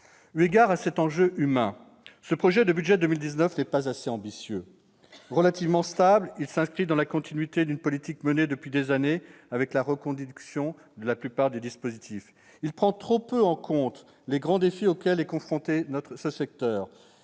Eu égard à l'enjeu humain, ce projet de budget 2019 n'est pas assez ambitieux : relativement stable, il s'inscrit dans la continuité d'une politique menée depuis des années, avec la reconduction de la plupart des dispositifs. Il prend trop peu en compte les grands défis auxquels est confronté ce secteur.